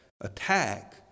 attack